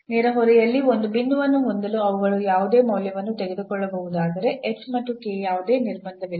ನೆರೆಹೊರೆಯಲ್ಲಿ ಒಂದು ಬಿಂದುವನ್ನು ಹೊಂದಲು ಅವುಗಳು ಯಾವುದೇ ಮೌಲ್ಯವನ್ನು ತೆಗೆದುಕೊಳ್ಳಬಹುದಾದರೆ ಮತ್ತು ಗೆ ಯಾವುದೇ ನಿರ್ಬಂಧವಿಲ್ಲ